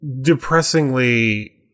depressingly